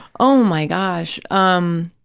oh, my gosh. um